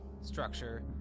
structure